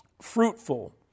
fruitful